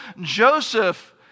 Joseph